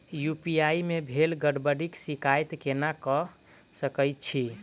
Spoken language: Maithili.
यु.पी.आई मे भेल गड़बड़ीक शिकायत केना कऽ सकैत छी?